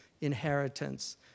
inheritance